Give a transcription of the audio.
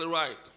right